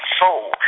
soul